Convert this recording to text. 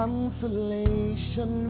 Consolation